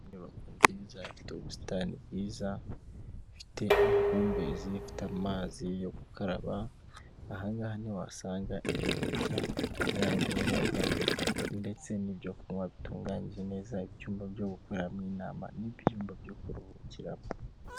Inyubako nziza ifite ubusitani bwiza ifite amahumbezi ifite amazi yo gukaraba, ahangaha niho wasanga ibyokurya bitunganyijwe neza ndetse n'ibyokunywa bitunganyije neza ibyumba byo gukoreramo inama n'ibyumba byo kuruhukiramo.